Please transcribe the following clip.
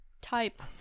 type